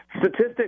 Statistics